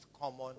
common